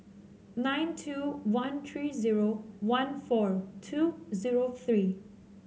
nine two one three zero one four two zero three